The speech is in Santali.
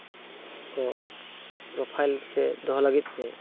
ᱠᱚ ᱨᱚᱯᱷᱟᱭ ᱥᱮ ᱫᱚᱦᱚ ᱞᱟᱹᱜᱤᱫ ᱛᱮ